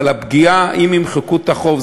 אבל הפגיעה בו אם ימחקו את החוב,